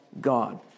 God